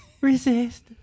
Resist